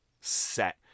set